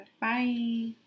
Bye